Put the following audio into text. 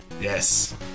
yes